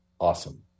awesome